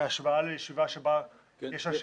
בהשוואה לישיבה שבה יש אנשים.